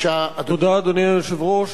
תודה, אדוני היושב-ראש.